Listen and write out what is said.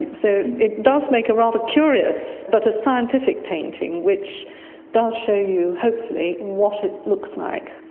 so it does make a rather curious but a scientific painting which does show you, hopefully, what it looks like.